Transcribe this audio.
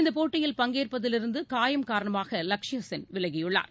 இந்தப் போட்டியில் பங்கேற்பதிலிருந்து காயம் காரணமாக லக்ஷ்சயா சென் விலகியுள்ளார்